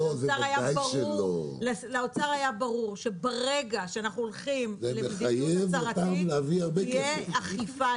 לאוצר היה ברור שברגע שאנחנו הולכים למדיניות הצהרתית תהיה אכיפה.